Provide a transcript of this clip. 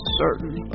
certain